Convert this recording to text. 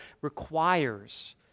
requires